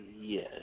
Yes